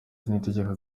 niyitegeka